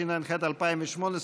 התשע"ח 2018,